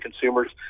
consumers